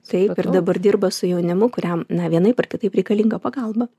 taip ir dabar dirba su jaunimu kuriam na vienaip ar kitaip reikalinga pagalba